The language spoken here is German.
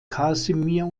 kasimir